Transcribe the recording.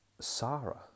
Sarah